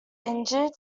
injured